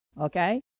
Okay